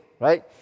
right